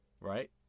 Right